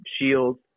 shields